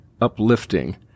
uplifting